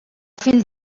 fill